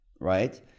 Right